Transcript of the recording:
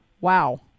Wow